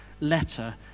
letter